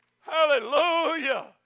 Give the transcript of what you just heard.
Hallelujah